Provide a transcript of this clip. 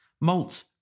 malt